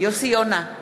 יוסי יונה,